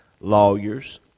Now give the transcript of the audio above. lawyers